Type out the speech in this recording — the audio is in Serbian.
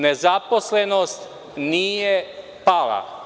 Nezaposlenost nije pala.